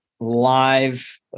live